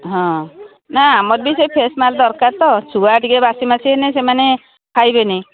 ହଁ ନା ଆମର ବି ସେ ଫ୍ରେଶ୍ ମାଲ୍ ଦରକାର ତ ଛୁଆ ଟିକେ ବାସି ମାସି ହେନେ ସେମାନେ ଖାଇବେନି